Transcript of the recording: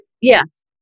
Yes